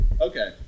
Okay